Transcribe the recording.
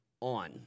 on